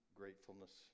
gratefulness